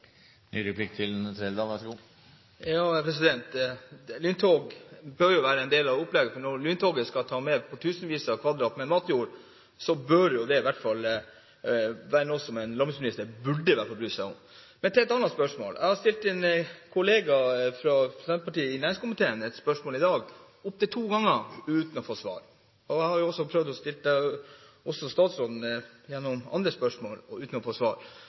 Lyntog bør jo være en del av opplegget, for når lyntoget skal ta tusenvis av kvadratmeter matjord, er det noe som en landbruksminister i hvert fall burde bry seg om. Men til et annet spørsmål. Jeg har stilt statsrådens partikollega i næringskomiteen et spørsmål i dag – opptil to ganger – uten å få svar. Jeg har også prøvd å stille det til statsråden, gjennom andre spørsmål, uten å få svar.